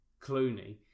Clooney